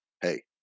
hey